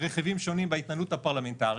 רכיבים שונים בהתנהלות הפרלמנטרית.